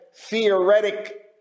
theoretic